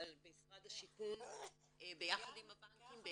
אבל משרד השיכון ביחד עם הבנקים,